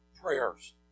prayers